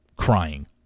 crying